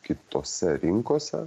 kitose rinkose